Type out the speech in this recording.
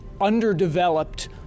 underdeveloped